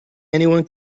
anyone